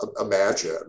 imagine